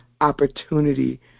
opportunity